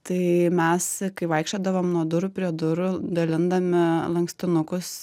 tai mes kai vaikščiodavom nuo durų prie durų dalindami lankstinukus